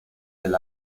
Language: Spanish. del